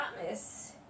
promise